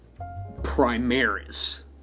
Primaris